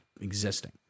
existing